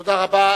תודה רבה.